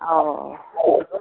অঁ